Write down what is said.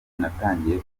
natangiye